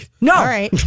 No